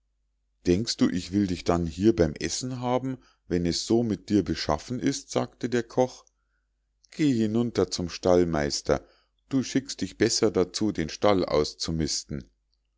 denkst du ich will dich dann hier beim essen haben wenn es so mit dir beschaffen ist sagte der koch geh hinunter zum stallmeister du schickst dich besser dazu den stall auszumisten